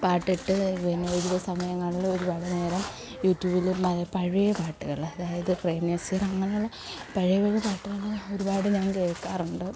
പാട്ടിട്ട് പിന്നെ ഒഴിവ് സമയങ്ങളിൽ ഒരുപാട് നേരം യൂട്യൂബിൽ പഴയ പാട്ടുകൾ അതായത് പ്രേംനസീർ അങ്ങനെയുള്ള പഴയ പഴയ പാട്ടുകൾ ഒരുപാട് ഞാൻ കേൾക്കാറുണ്ട്